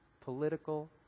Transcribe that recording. Political